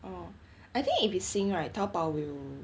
oh I think if it's sink right taobao will